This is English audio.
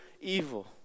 evil